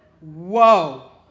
Whoa